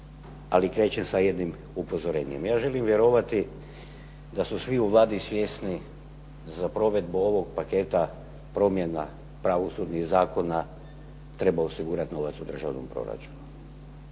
ali krećem sa jednim upozorenjem. Ja želim vjerovati da su svi u Vladi svjesni za provedbu ovog paketa promjena pravosudnih zakona treba osigurati novac u državnom proračunu,